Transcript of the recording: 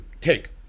take